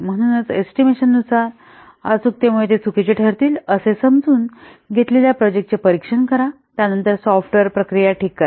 म्हणूनच एस्टिमेशनानुसार अचूकतेमुळे चुकीचे ठरतील असे समजून घेतल्यावर प्रोजेक्टचे परीक्षण करा त्यानंतर सॉफ्टवेअर प्रक्रिया ठीक करा